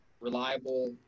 reliable